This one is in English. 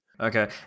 okay